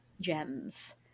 gems